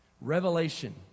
revelation